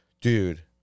Dude